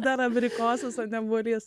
dar abrikosas o ne obuolys